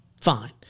fine